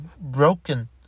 broken